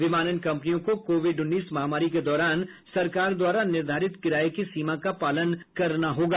विमानन कंपनियों को कोविड उन्नीस महामारी के दौरान सरकार द्वारा निर्धारित किराए की सीमा का पालन करना होगा